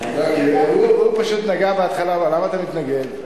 הוא פשוט נגע בהתחלה ואמר: למה אתה מתנגד?